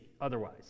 otherwise